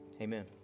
amen